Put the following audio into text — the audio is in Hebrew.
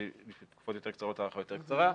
ובתקופות יותר קצרות הארכה יותר קצרה.